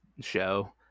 show